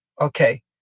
Okay